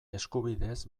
eskubideez